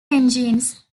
engines